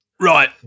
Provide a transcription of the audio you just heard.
right